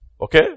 okay